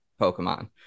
Pokemon